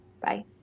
Bye